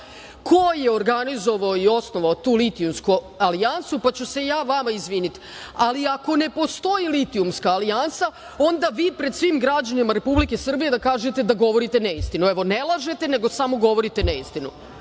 Ko je organizovao i osnovao tu litijumsku alijansu, pa ću se ja vama izviniti? Ako ne postoji litijumska alijansa, onda vi pred svim građanima Republike Srbije da kažete da govorite neistinu. Evo, ne lažete, nego samo govorite neistinu. Dajte